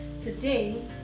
today